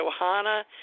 Ohana